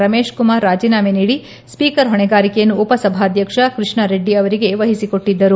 ರಮೇಶ್ ಕುಮಾರ್ ರಾಜೀನಾಮೆ ನೀಡಿ ಸ್ಪೀಕರ್ ಹೊಣೆಗಾರಿಕೆಯನ್ನು ಉಪಸಭಾದ್ವಕ್ಷ ಕೃಷ್ಣಾರೆಡ್ಡಿ ಅವರಿಗೆ ವಹಿಸಿಕೊಟ್ಟದ್ದರು